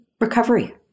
recovery